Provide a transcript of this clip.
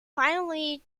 finally